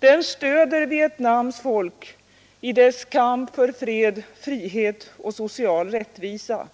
Den stöder Vietnams folk i dess kamp för fred, frihet och social rättvisa.